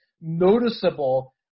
noticeable